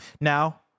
Now